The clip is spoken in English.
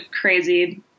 crazy